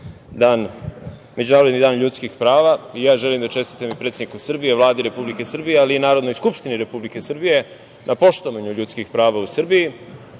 dan, Međunarodni dan ljudskih prava i ja želim da čestitam i predsedniku Srbije i Vladi Republike Srbije, ali i Narodnoj skupštini Republike Srbije na poštovanju ljudskih prava u Srbiji,